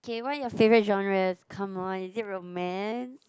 okay what are your favourite genres come on is it romance